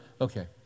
okay